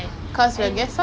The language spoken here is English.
ya ya